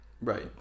right